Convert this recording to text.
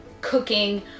cooking